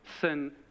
sin